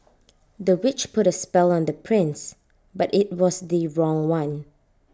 the witch put A spell on the prince but IT was the wrong one